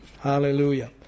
Hallelujah